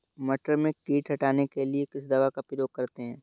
मटर में कीट हटाने के लिए किस दवा का प्रयोग करते हैं?